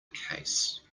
case